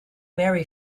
marry